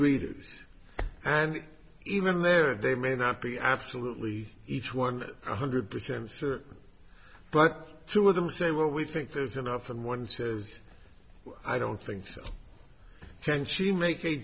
readers and even there they may not be absolutely each one hundred percent sure but two of them say well we think there's enough and one says i don't think can she make a